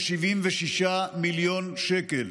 כ-76 מיליון שקלים.